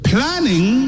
Planning